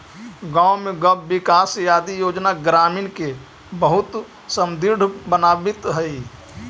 गाँव में गव्यविकास आदि योजना ग्रामीण के बहुत समृद्ध बनावित हइ